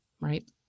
right